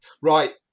Right